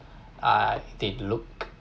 uh they look